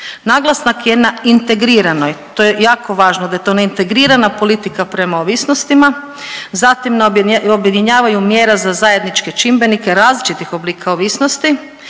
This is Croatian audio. Naglasak je na integriranoj to je jako važno da je to neintegrirana politika prema ovisnostima, zatim objedinjavanju mjera za zajedničke čimbenike različitih oblika ovisnosti,